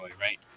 right